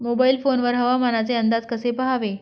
Mobile phone वर हवामानाचे अंदाज कसे पहावे?